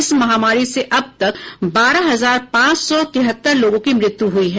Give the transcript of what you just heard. इस महामारी से अब तक बारह हजार पांच सौ तिहत्तर लोगों के मृत्यु हुई है